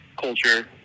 culture